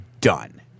done